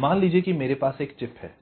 मान लीजिये कि मेरे पास एक चिप है